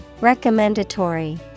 Recommendatory